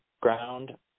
ground